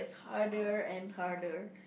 harder and harder